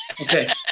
Okay